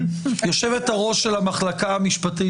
היועצת המשפטית היושבת-ראש של המחלקה המשפטית